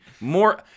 more